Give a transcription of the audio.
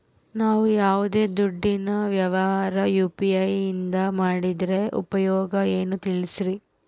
ನಾವು ಯಾವ್ದೇ ದುಡ್ಡಿನ ವ್ಯವಹಾರ ಯು.ಪಿ.ಐ ನಿಂದ ಮಾಡಿದ್ರೆ ಉಪಯೋಗ ಏನು ತಿಳಿಸ್ರಿ?